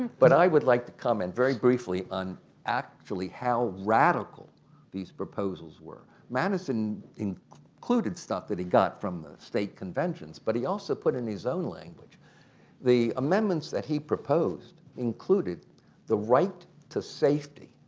but i would like to comment very briefly on actually how radical these proposals were. madison included stuff that he got from the state conventions but he also put in his own language the amendments that he proposed included the right to safety,